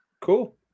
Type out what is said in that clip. Cool